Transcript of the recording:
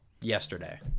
yesterday